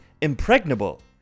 impregnable